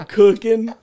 cooking